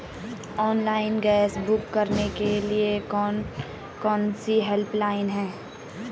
Online gas book करने के लिए कौन कौनसी हेल्पलाइन हैं?